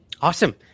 Awesome